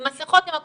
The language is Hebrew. עם מסכות ועם הכול,